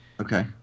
Okay